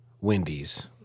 Wendy's